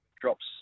Drops